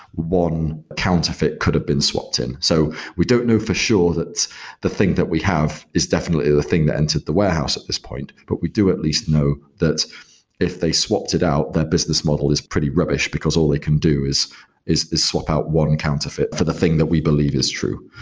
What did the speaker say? one counterfeit could have been swapped in. so we don't know for sure that the thing that we have is definitely the thing that entered the warehouse at this point, but we do at least know that if they swapped it out, their business model is pretty rubbish, because all they can do is is swap out one counterfeit for the thing that we believe is true.